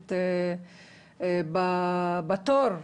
עומדת בתור.